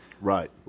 Right